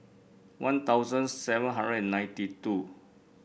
One Thousand seven hundred and ninety two